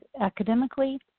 academically